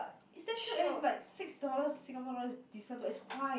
is damn cute leh it's like six dollar Singapore dollars it's decent but it's quite